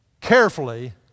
carefully